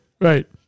right